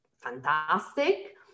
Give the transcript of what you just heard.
fantastic